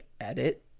edit